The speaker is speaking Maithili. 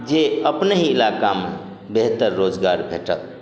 जे अपने इलाकामे बेहतर रोजगार भेटत